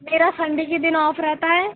मेरा संडे के दिन ऑफ रहता है